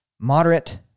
moderate